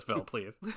please